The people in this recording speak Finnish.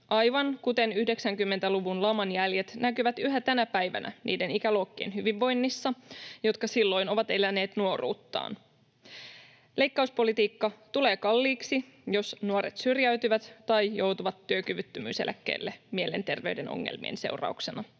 aivan kuten 90-luvun laman jäljet näkyvät yhä tänä päivänä niiden ikäluokkien hyvinvoinnissa, jotka silloin ovat eläneet nuoruuttaan. Leikkauspolitiikka tulee kalliiksi, jos nuoret syrjäytyvät tai joutuvat työkyvyttömyyseläkkeelle mielenterveyden ongelmien seurauksena,